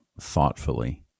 thoughtfully